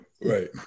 Right